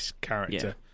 character